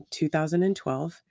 2012